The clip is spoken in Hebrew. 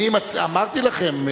אמרתי לכם,